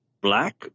black